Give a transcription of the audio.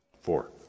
four